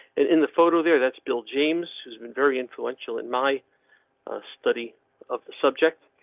and in the photo there. that's bill james, who's been very influential in my study of the subject.